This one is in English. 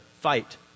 fight